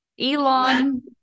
Elon